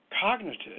cognitive